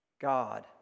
God